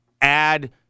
add